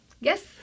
Yes